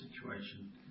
situation